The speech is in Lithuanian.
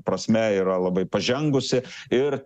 prasme yra labai pažengusi ir